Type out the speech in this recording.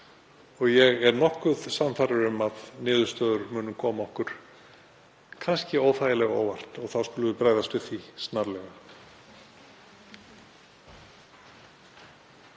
Ég er nokkuð sannfærður um að niðurstöðurnar muni koma okkur óþægilega á óvart og þá skulum við bregðast við því snarlega.